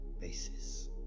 basis